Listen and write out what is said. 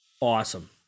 awesome